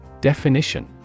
Definition